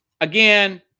again